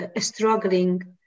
struggling